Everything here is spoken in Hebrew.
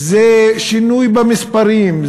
זה שינוי במספרים,